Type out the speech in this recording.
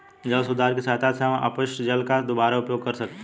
जल सुधार की सहायता से हम अपशिष्ट जल का दुबारा उपयोग कर सकते हैं